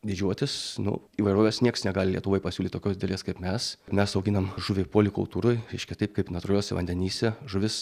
didžiuotis nu įvairovės nieks negali lietuvoj pasiūlyt tokios didelės kaip mes mes auginam žuvį polikultūroj reiškia taip kaip natūraliuose vandenyse žuvis